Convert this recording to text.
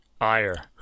ire